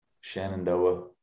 Shenandoah